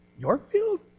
Yorkfield